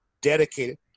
dedicated